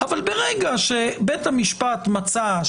אבל ברגע שבית המשפט מצא,